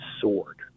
sword